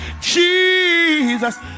Jesus